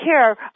care